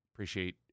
Appreciate